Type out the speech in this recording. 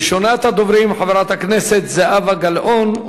ראשונת הדוברים, חברת הכנסת זהבה גלאון,